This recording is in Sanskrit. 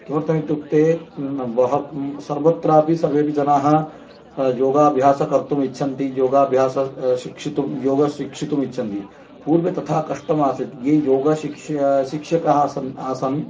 किमर्थम् इत्युक्ते बह सर्वत्रापि सर्वेऽपि जनाः योगाभ्यासं कर्तुम् इच्छन्ति योगाभ्यासं शिक्षितुम् योगं शिक्षितुम् इच्छन्ति पूर्वे तथा कष्टम् आसीत् ये योगशिक्ष्य शिक्षकाः आसन्